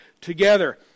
together